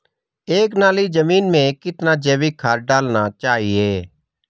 एक नाली जमीन में कितना जैविक खाद डालना चाहिए?